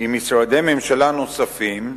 עם משרדי ממשלה נוספים,